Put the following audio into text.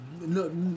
No